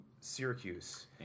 Syracuse